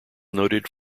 noted